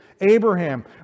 Abraham